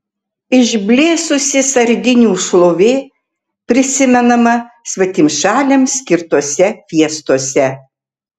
išblėsusi sardinių šlovė prisimenama svetimšaliams skirtose fiestose